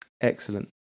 Excellent